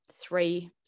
three